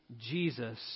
Jesus